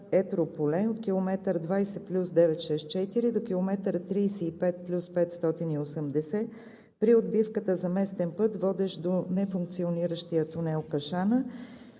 Етрополе от км 20+964 до км 35+580 при отбивката за местен път, водещ до нефункциониращия тунел „Кашана“;